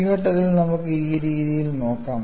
ഈ ഘട്ടത്തിൽ നമുക്ക് ഈ രീതിയിൽ നോക്കാം